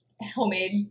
homemade